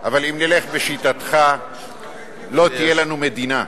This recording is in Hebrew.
אבל אם נלך בשיטתך לא תהיה לנו מדינה,